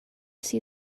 see